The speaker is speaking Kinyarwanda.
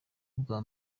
bwa